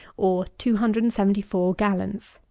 or two hundred and seventy four gallons.